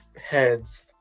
heads